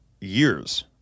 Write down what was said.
years